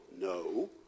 No